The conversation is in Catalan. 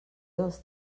dels